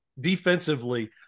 Defensively